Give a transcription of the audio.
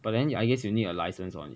but then I guess you need a licence one